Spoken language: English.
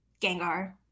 Gengar